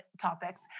topics